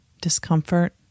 Discomfort